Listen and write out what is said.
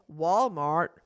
Walmart